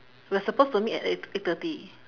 we are supposed to meet at eight eight thirty